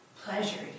Pleasure